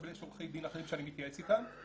אבל יש עורכי דין אחרים שאני מתייעץ איתם,